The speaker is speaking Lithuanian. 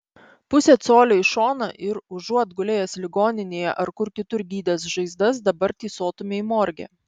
pusė colio į šoną ir užuot gulėjęs ligoninėje ar kur kitur gydęs žaizdas dabar tysotumei morge